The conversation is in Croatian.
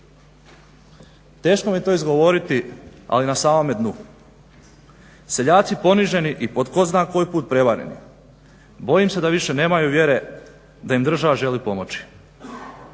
Teško mi je to izgovoriti ali na samome dnu. Seljaci poniženi i po tko zna koji put prevareni, bojim se da više nemaju vjere da im država želi pomoći.